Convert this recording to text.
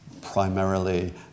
primarily